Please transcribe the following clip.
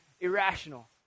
Irrational